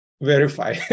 Verify